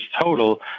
total